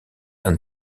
and